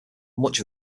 much